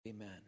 Amen